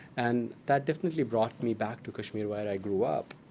and that definitely brought me back to kashmir, where i grew up.